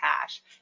cash